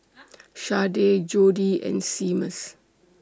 Sharday Jodi and Seamus